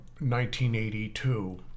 1982